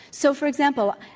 so, for example,